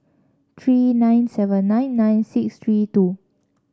three nine seven nine nine six three two